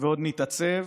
ועוד נתעצב,